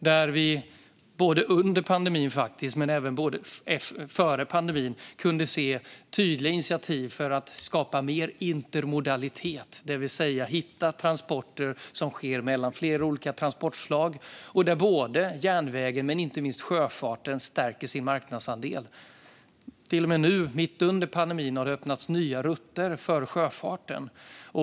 Före pandemin kunde vi se, och nu under pandemin kan vi se, tydliga initiativ för att skapa mer intermodalitet, det vill säga hitta transporter som sker mellan flera olika transportslag och där järnvägen och inte minst sjöfarten stärker sin marknadsandel. Till och med nu, mitt under pandemin, har det öppnats nya rutter för sjöfarten.